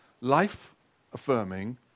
life-affirming